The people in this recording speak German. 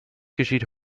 geschieht